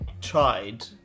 tried